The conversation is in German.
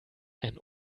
ein